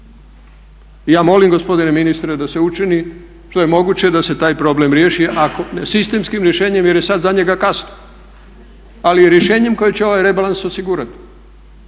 ja molim gospodine ministre da se učini što je moguće da se taj problem riješi, sistemskim rješenjem jer je sada za njega kasno, ali rješenjem koje će ovaj rebalans osigurati.